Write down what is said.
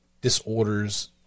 disorders